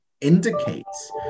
indicates